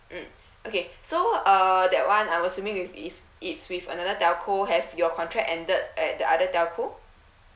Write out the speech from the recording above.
mm okay so uh that one I assuming is it's with another telco have your contract ended at the other telco